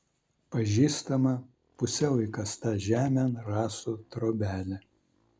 pažįstama pusiau įkasta žemėn rąstų trobelė